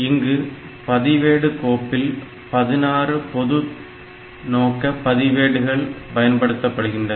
இங்கு பதிவேடு கோப்பில் 16 பொது நோக்க பதிவேடுகள் பயன்படுத்தப்படுகிறது